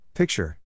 Picture